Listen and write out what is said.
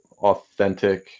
authentic